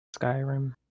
Skyrim